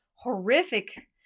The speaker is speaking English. horrific